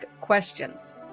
questions